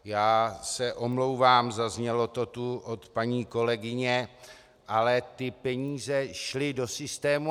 Já se omlouvám, zaznělo to tu od paní kolegyně, ale ty peníze šly do systému.